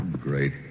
Great